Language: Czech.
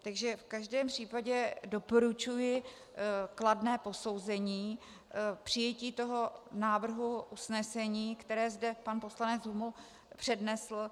Takže v každém případě doporučuji kladné posouzení přijetí návrhu usnesení, které zde pan poslanec Huml přednesl.